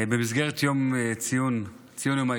במסגרת ציון יום האישה,